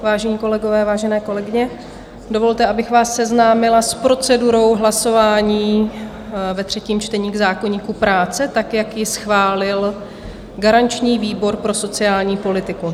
Vážení kolegové, vážené kolegyně, dovolte, abych vás seznámila s procedurou hlasování ve třetím čtení k zákoníku práce, tak jak ji schválil garanční výbor pro sociální politiku.